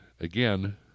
again